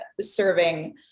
serving